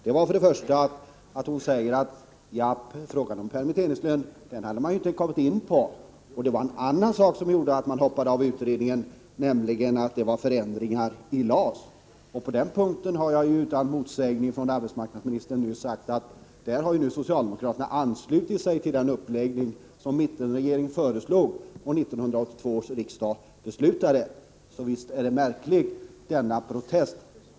Hon sade att man då ännu inte kommit in på frågan om permitteringslön; det var en annan sak som gjorde att man hoppade av utredningen, nämligen förändringar i LAS. På den punkten har jag utan att arbetsmarknadsministern motsagt mig nyss hävdat att socialdemokraterna nu har anslutit sig till den uppläggning som mittenregeringen föreslog och 1982 års riksdag beslutade. Visst var den märklig, denna protest!